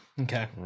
Okay